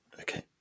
okay